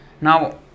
Now